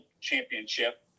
championship